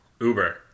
Uber